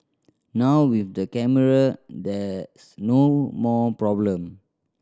now with the camera there's no more problem